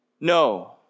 no